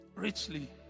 richly